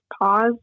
pause